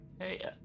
Hey